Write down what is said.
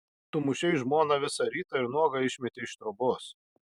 tu mušei žmoną visą rytą ir nuogą išmetei iš trobos